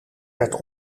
werd